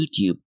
YouTube